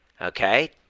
okay